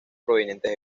provenientes